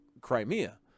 Crimea